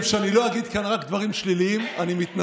אתה צודק.